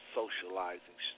socializing